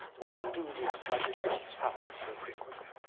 why do these tragic deaths happen so frequently?